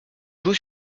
joue